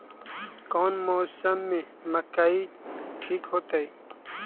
कौन मौसम में मकई ठिक होतइ?